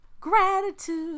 gratitude